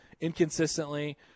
inconsistently